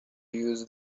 use